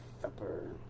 supper